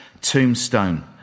tombstone